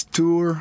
tour